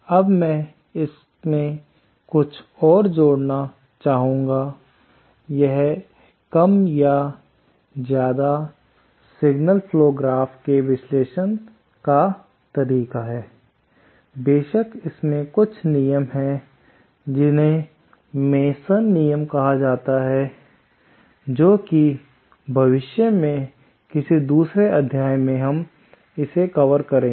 अब मैं इसमें कुछ और जोड़ना चाहूंगा यह कम या ज्यादा सिग्नल फ्लो ग्राफ के विश्लेषण का तरीका है बेशक इसमें कुछ विशेष नियम है जिन्हें मेसन नियम कहा जाता हैजो कि भविष्य में किसी दूसरे अध्याय में हम इसे कवर करेंगे